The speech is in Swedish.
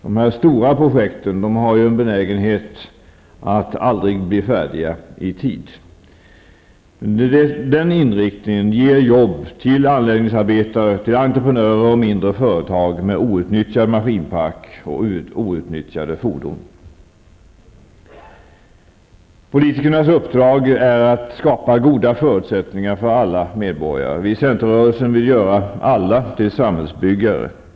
De stora projekten har en benägenhet att aldrig bli färdiga i tid. Den inriktningen ger jobb till anläggningsarbetare, entreprenörer och mindre företag med outnyttjad maskinpark och outnyttjade fordon. Politikernas uppdrag är att skapa goda förutsättningar för alla medborgare. Vi i centerrörelsen vill göra alla till samhällsbyggare.